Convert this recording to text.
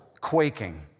quaking